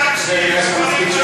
תלמד להקשיב.